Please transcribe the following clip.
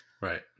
right